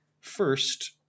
first